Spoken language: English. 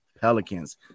Pelicans